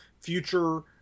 future